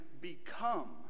become